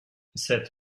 cette